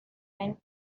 went